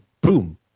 boom